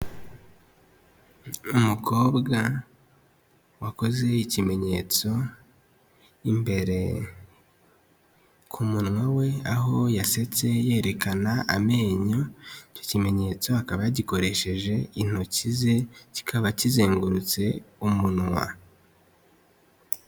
Umukobwa wakoze ikimenyetso, imbere ku munwa we aho yasetse yerekana amenyo, icyo kimenyetso akaba gikoresheje intoki ze, kikaba kizengurutse umunwa.